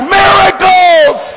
miracles